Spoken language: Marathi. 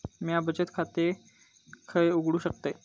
म्या बचत खाते खय उघडू शकतय?